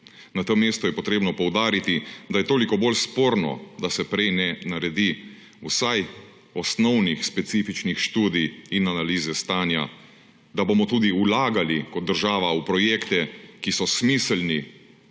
Na tem mestu je potrebno poudariti, da je toliko bolj sporno, da se prej ne naredi vsaj osnovnih specifičnih študij in analize stanja, da bomo tudi vlagali kot država v projekte, ki so smiselni